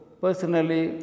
personally